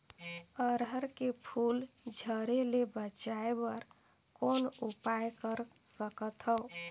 अरहर के फूल झरे ले बचाय बर कौन उपाय कर सकथव?